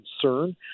concern